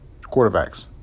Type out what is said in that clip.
quarterbacks